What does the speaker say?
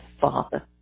father